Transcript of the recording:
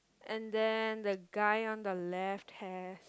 and then the guy on the left have